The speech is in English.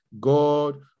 God